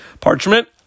parchment